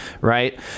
right